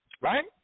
right